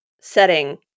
setting